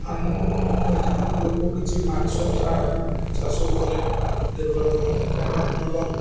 ଆମ ଏଠିକାର ଲୋକ କିଛି ମାଛ ଚାଷ ଉପରେ ନିର୍ଭର କରନ୍ତି କାରଣ ଟ୍ରଲର୍